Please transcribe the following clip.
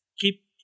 keep